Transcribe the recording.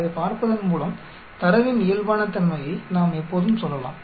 அதைப் பார்ப்பதன் மூலம் தரவின் இயல்பான தன்மையை நாம் எப்போதும் சொல்லலாம்